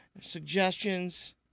suggestions